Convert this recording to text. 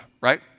right